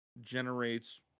generates